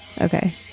Okay